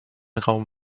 raum